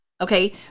okay